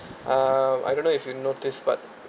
uh I don't know if you notice but